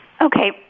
Okay